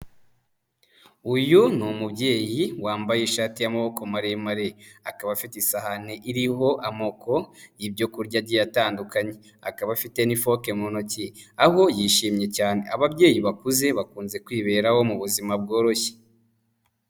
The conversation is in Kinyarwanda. Uyu ni umubyeyi wambaye ishati y'amaboko maremare, akaba afite isahani iriho amoko y'ibyo kurya agiye atandukanye, akaba afite n'ifoke mu ntoki, aho yishimye cyane, ababyeyi bakuze bakunze kwiberaho mu buzima bworoshye.